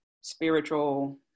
spiritual